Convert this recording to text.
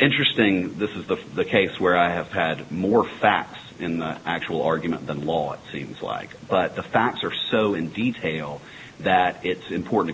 interesting this is the case where i have had more facts in the actual argument than a lot seems like but the facts are so in detail that it's important